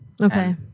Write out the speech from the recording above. okay